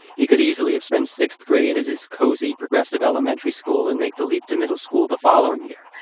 he could easily have spent sixth grade at his cozy, progressive elementary school and make the leap to middle school the following year,